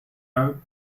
out